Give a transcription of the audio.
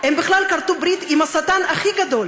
הם בכלל כרתו ברית עם השטן הכי גדול,